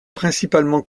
principalement